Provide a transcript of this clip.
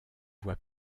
voie